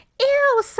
ew